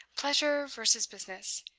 pleasure versus business.